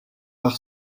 par